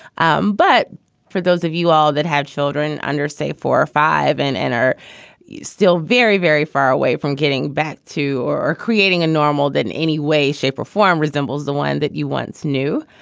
um but for those of you all that had children under, say, four or five in and and are still very, very far away from getting. back to or creating a normal that in any way, shape or form resembles the one that you once knew.